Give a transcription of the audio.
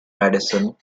madison